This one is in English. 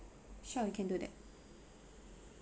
sure you can do that